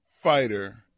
fighter